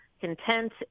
content